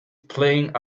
playing